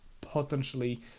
potentially